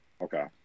Okay